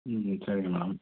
ம் ம் சரிங்க மேடம்